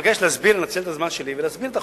אני מבקש לנצל את הזמן שלי ולהסביר את החוק,